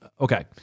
Okay